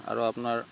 আৰু আপোনাৰ